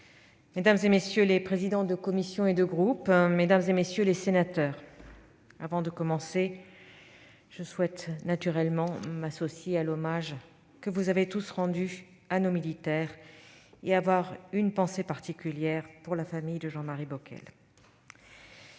mesdames, messieurs les présidents de commission et de groupe, mesdames, messieurs les sénateurs, en introduction de mon propos, je souhaite naturellement m'associer à l'hommage que vous avez tous rendu à nos militaires et avoir une pensée particulière pour la famille de Jean-Marie Bockel.